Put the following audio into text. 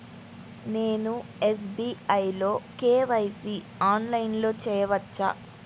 నేను ఎస్.బీ.ఐ లో కే.వై.సి ఆన్లైన్లో చేయవచ్చా?